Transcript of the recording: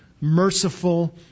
merciful